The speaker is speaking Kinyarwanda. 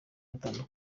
bakundana